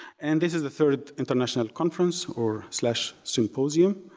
and, this is the third international conference or slash, symposium.